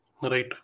Right